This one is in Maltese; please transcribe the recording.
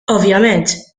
ovvjament